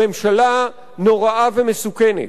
ממשלה נוראה ומסוכנת,